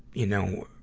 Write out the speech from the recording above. you know,